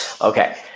Okay